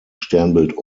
sternbild